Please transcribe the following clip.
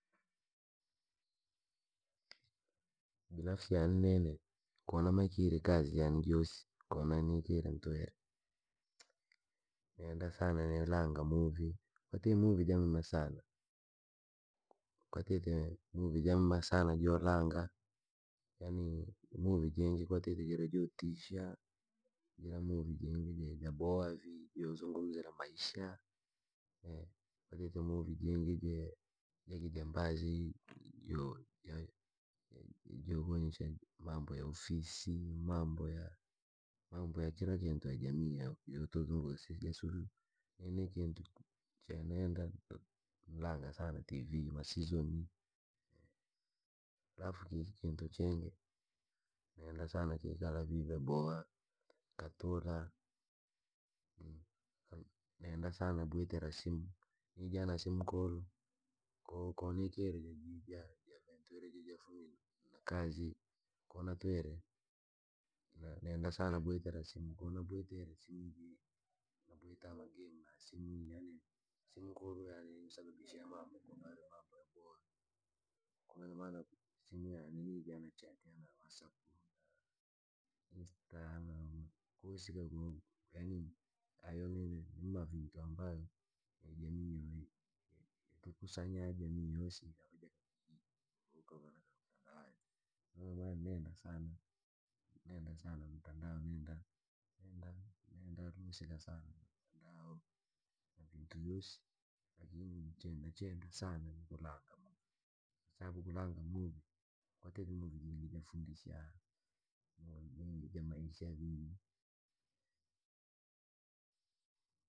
Binafsi yaane nini, ko namaykire kazi jaane joosi, ko nikire ntwire, nenda sana nini langa muvi. Kwatite muvi jamema sana, kwatite muvi jameme sana joolanga, yanii muvi jiingi kwatite jira joo tisha, jira muvi jingi jabooha vii jo zungumzira maisha, kwatite muvi jingi jee- jakimbazi joo- ja- ja- joo- jaonyesha mambo ya kiofisi, mambo yaa mambo yachera kintu jamii ye yotuzunguka si ji suru nini kintu che nenda nu- nlanga sana tv, masizoni. halafu kii kintu chingi, nenda sana kikala vii vyaboha, nkatula nenda sana bwitira da simu, nija na simu nkulu ja nga ko natwire nenda sana bwitira simu. Nija na simu kulu, koo- koo nikelele jijaa fumire na kazi, koo natwile na nenda sana bwitara simu, ko nabwitire simu jii, nabwita wangii ma simu yaani simu nkulu yari isababisha mambo yakava yaboha, ko ina mana simu yane yija ina chaji nkingira wasapu, insta. Kosika koo yaani, nima nimavintu ambayo. ihi jamii yousi javija kijiji ukavalega utandawazi, no maana nenda saana, neenda sana mtandao nenda, nenda nenda lusika sana nu mtandao na vintu vyosi, lakin chanye nachenda saana ni kulanga muvi, kwasababu kulanga muvi kwatite muvi jingi jafundisha, n jingi jamaisha vii.